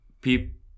people